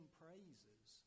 praises